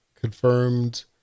confirmed